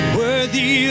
worthy